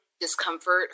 Discomfort